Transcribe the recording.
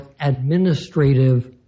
administrative